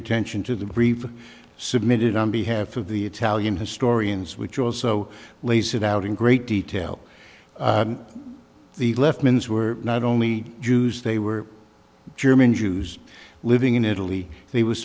attention to the brief submitted on behalf of the italian historians which also lays it out in great detail the left means were not only jews they were german jews living in italy they w